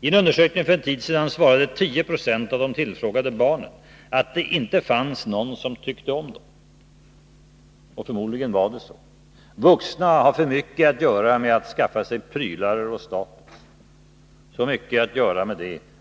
I en undersökning för en tid sedan svarade 10 96 av de tillfrågade barnen att det inte fanns någon som tyckte om dem — och förmodligen var det så. Vuxna har så mycket att göra med att skaffa sig prylar och status